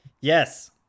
Yes